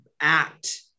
act